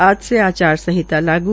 आज से आचार संहिता लागू